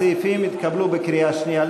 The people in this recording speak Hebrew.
הסעיפים התקבלו בקריאה שנייה.